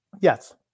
Yes